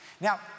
Now